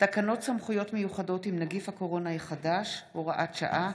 תקנות סמכויות מיוחדות להתמודדות עם נגיף הקורונה החדש (הוראת שעה)